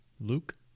luke